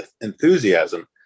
enthusiasm